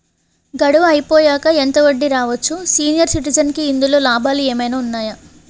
గడువు అయిపోయాక ఎంత వడ్డీ రావచ్చు? సీనియర్ సిటిజెన్ కి ఇందులో లాభాలు ఏమైనా ఉన్నాయా?